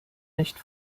nicht